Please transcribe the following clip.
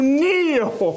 kneel